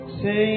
say